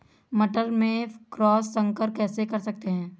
मटर में क्रॉस संकर कैसे कर सकते हैं?